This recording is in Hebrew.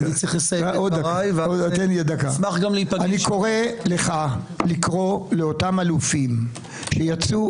אני קורא לך לקרוא לאותם אלופים שיצאו